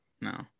no